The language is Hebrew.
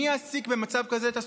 מי יעסיק במצב כזה את הסטודנטים,